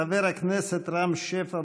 חבר הכנסת רם שפע,